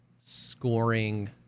scoring